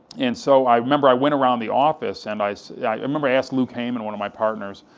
and so i remember, i went around the office, and i so yeah i remember asking luke hayman, one of my partners,